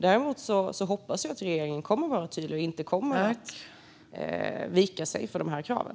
Jag hoppas däremot att regeringen kommer att vara tydlig och att man inte kommer att vika sig för kraven.